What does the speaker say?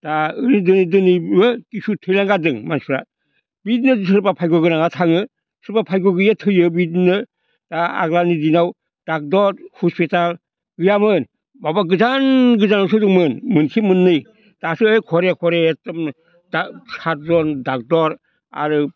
दा दोनै दोनै दोनैबो खिसु थैलांगारदो मानसिफ्रा बिदिनो सोरबा भाग्य' गोनाङा थाङो सोरबा भाग्य' गैयिया थैयो बिदिनो दा आग्लानि दिनाव ड'क्टर हस्पिटाल गैयामोन माबा गोजान गोजान आवसो दंमोन मोनसे मोननै दासो घरे घरे एखदम दा सारजन ड'क्टर आरो